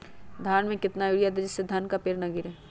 धान में कितना यूरिया दे जिससे धान का पेड़ ना गिरे?